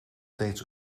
steeds